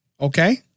Okay